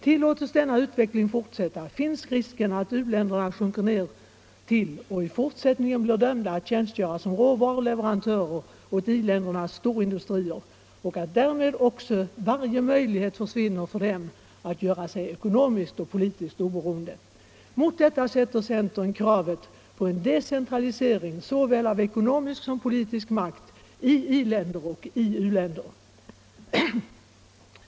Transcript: Tillåtes denna utveckling fortsätta, finns risken att u-länderna sjunker ned till — och i fortsättningen blir dömda att tjänstgöra som — råvaruleverantörer åt i-ländernas storindustrier och att därmed också varje möjlighet försvinner för dem att göra sig ekonomiskt och politiskt oberoende. Mot detta sätter centern kravet på en decentralisering av såväl ekonomisk som politisk makt i både i-länder och u-länder.